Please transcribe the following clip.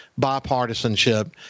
bipartisanship